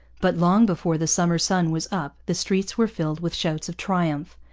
but long before the summer sun was up the streets were filled with shouts of triumph,